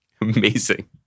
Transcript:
Amazing